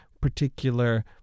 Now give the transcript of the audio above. particular